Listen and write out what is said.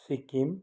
Sikkim